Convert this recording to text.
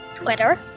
Twitter